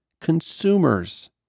consumers